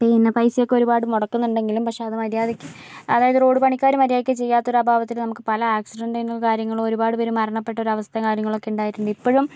പിന്നെ പൈസേക്കെ ഒരു പാട് മുടക്കുന്നുണ്ട് എങ്കിലും പക്ഷെ അത് മര്യാദക്ക് അതായത് റോഡ് പണിക്കാര് മര്യാദക്ക് ചെയ്യാത്തൊരഭാവത്തില് നമുക്ക് പല ആക്സിഡന്റിനും കാര്യങ്ങളും ഒരുപാട് മരണപ്പെട്ട അവസ്ഥയും കാര്യങ്ങലോക്കെ ഉണ്ടായിട്ടുണ്ട് ഇപ്പഴും